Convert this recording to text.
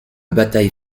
bataille